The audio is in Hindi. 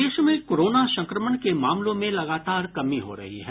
प्रदेश में कोरोना संक्रमण के मामलों में लगातार कमी हो रही है